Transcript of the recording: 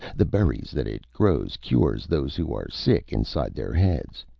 the berries that it grows cures those who are sick inside their heads.